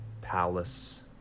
palace